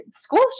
school's